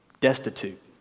destitute